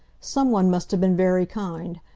some one must have been very kind,